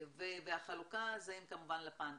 והחלוקה, זה כמובן לפ"מ.